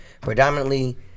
predominantly